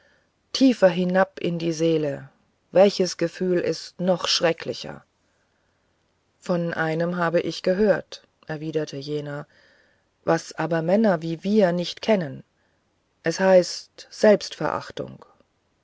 tiefer hinab in die seele welches gefühl ist noch schrecklicher von einem habe ich gehört erwiderte jener das aber männer wie wir nicht kennen es heißt selbstverachtung